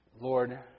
Lord